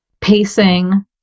pacing